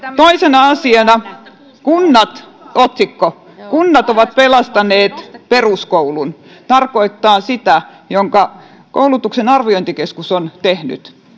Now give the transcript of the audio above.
toisena asiana kunnat otsikko kunnat ovat pelastaneet peruskoulun tarkoittaa sitä tutkimusta jonka koulutuksen arviointikeskus on tehnyt